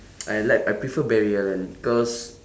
I like I prefer barry allen because